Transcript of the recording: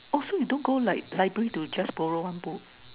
oh so you don't go like library to just borrow one book